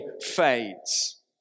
fades